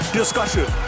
discussion